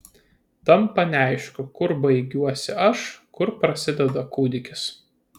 tampa neaišku kur baigiuosi aš kur prasideda kūdikis